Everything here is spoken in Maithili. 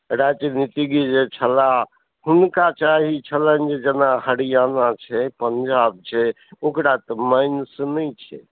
राजनीतिज्ञ जे छला हुनका चाही छलनि जे जेना हरियाणा छै पञ्जाब छै ओकरा तऽ माइन्स नहि छै